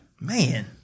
Man